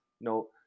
no